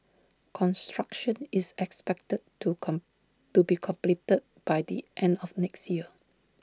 construction is expected to come to be completed by the end of next year